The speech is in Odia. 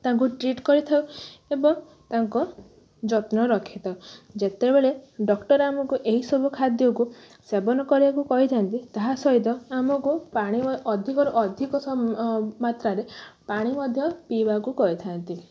ତାଙ୍କୁ ଟ୍ରିଟ୍ କରିଥାଉ ଏବଂ ତାଙ୍କ ଯତ୍ନ ରଖିଥାଉ ଯେତେବେଳେ ଡକ୍ଟର ଆମକୁ ଏହି ସବୁ ଖାଦ୍ୟକୁ ସେବନ କରିବାକୁ କହିଥାନ୍ତି ତାହା ସହିତ ଆମକୁ ପାଣି ଅଧିକରୁ ଅଧିକ ମାତ୍ରାରେ ପାଣି ମଧ୍ୟ ପିଇବାକୁ କହିଥାନ୍ତି